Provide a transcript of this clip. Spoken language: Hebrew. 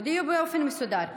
תודיעו באופן מסודר.